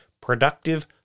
Productive